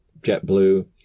JetBlue